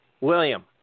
William